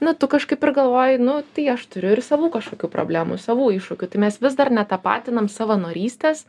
na tu kažkaip ir galvoji nu tai aš turiu ir savų kažkokių problemų savų iššūkių tai mes vis dar netapatinam savanorystės